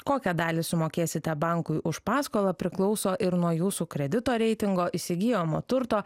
kokią dalį sumokėsite bankui už paskolą priklauso ir nuo jūsų kredito reitingo įsigyjamo turto